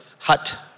hut